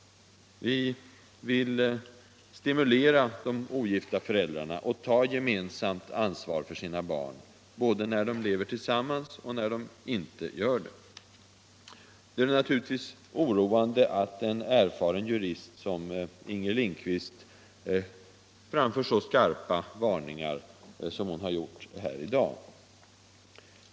Vi vill stimulera de ogifta föräldrarna att gemensamt ta ansvar för sina barn — både när de lever tillsammans och när de inte gör det. Det är naturligtvis oroande att en erfaren jurist som Inger Lindquist framför så skarpa varningar som hon har gjort här i dag.